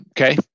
Okay